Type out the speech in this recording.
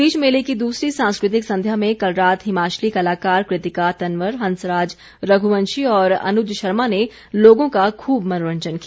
इस बीच मेले की दूसरी सांस्कृतिक संध्या में कल रात हिमाचली कलाकार कृतिका तनवर हंसराज रघुवंशी और अनुज शर्मा ने लोगों का खूब मनोरंजन किया